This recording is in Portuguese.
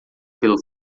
pelo